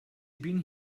been